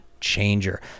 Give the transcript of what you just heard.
changer